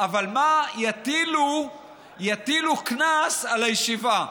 אבל מה, יטילו קנס על הישיבה.